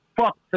Fuck